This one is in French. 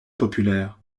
populaire